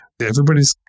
Everybody's